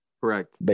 Correct